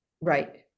Right